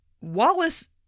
Wallace